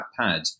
pad